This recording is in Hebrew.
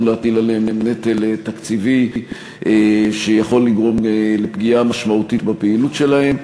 להטיל עליהם נטל תקציבי שיכול לגרום לפגיעה משמעותית בפעילות שלהם.